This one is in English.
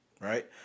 right